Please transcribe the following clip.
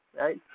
right